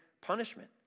punishment